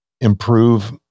improve